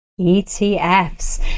ETFs